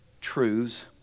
truths